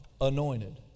anointed